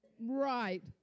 Right